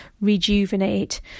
rejuvenate